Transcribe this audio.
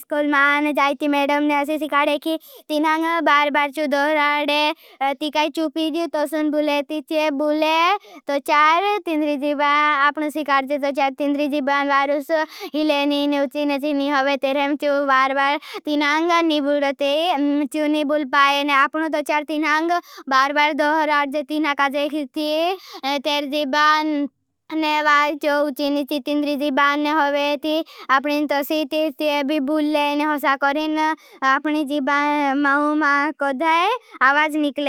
स्कोल मान जायती। मेड़म ने असी सिखाडे कि तीनांग बार बार चु दोहराडे। ती काई चुपीजी तो सुन बुले ती चे बुले तो चार तीन्दरी जीबान आपनू सिखाड। जे तो चार तीन्दरी जीबान वारुस हिले नीने उची ने चीनी होवे। तेरें चु बार तीनांग निबुल ती चु निबुल पाए। और अपनू सो चार तीनांग बार बार दोहराड। जे तेर जीबान ने वाल चो उचीनी चीतिन्दरी। जीबान ने हो वेती आपने तो सीथी ते भी बूले ने हो सकरीन। आपने जीबान मौं मां कोड़े आवाज निकले।